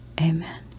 Amen